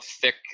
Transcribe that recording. thick